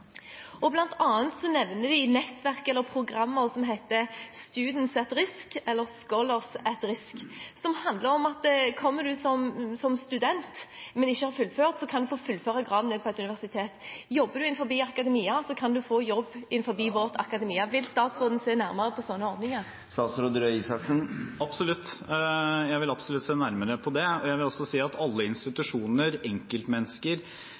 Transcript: nevner bl.a. nettverk og programmer som Students at Risk og Scholars at Risk, som handler om at hvis en kommer som student, men ikke har fullført, kan en få fullføre graden sin på et universitet. Hvis en jobber innenfor akademia, kan en få jobb innenfor akademia i Norge. Vil statsråden se nærmere på sånne ordninger? Jeg vil absolutt se nærmere på det. Jeg vil også si at alle institusjoner, enkeltmennesker